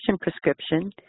prescription